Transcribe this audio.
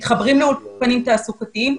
מתחברים לאולפנים תעסוקתיים.